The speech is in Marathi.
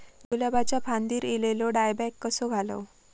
गुलाबाच्या फांदिर एलेलो डायबॅक कसो घालवं?